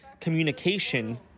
Communication